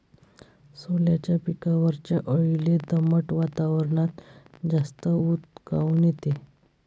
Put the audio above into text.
सोल्याच्या पिकावरच्या अळीले दमट वातावरनात जास्त ऊत काऊन येते?